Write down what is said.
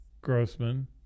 Grossman